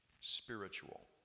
spiritual